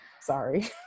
Sorry